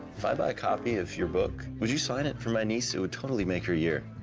if i buy a copy of your book, would you sign it for my niece? it would totally make her year.